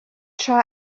tra